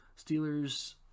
Steelers